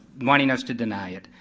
wanting us to deny it.